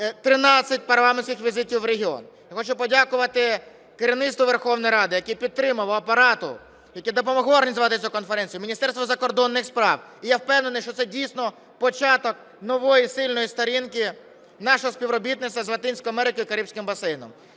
13 парламентських візитів в регіон, я хочу подякувати керівництву Верховної Ради, яке підтримувало, Апарату, які допомогли організувати цю конференцію, Міністерству закордонних справ. І я впевнений, що це дійсно початок нової сильної сторінки нашого співробітництва з Латинською Америкою і Карибським басейном.